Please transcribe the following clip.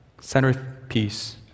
centerpiece